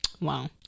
Wow